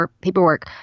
paperwork